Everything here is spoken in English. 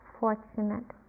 fortunate